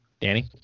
Danny